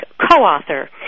Co-Author